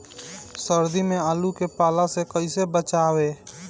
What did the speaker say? सर्दी में आलू के पाला से कैसे बचावें?